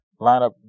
lineup